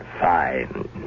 fine